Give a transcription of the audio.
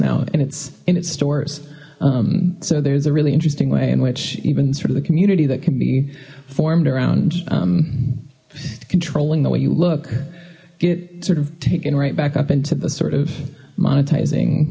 now and it's in its stores so there's a really interesting way in which even sort of the community that can be formed around controlling the way you look get sort of taken right back up into the sort of monet